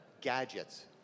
gadgets